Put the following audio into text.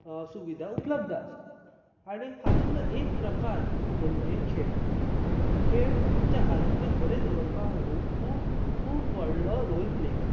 सुविधा उपलब्द आसा आनी हातूंतलो एक प्रकार म्हणजे खेळ खेळ आमचें आरोग्य बरें दवरपाक खूब खूब व्हडलो रोल प्ले करता